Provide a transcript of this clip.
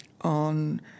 on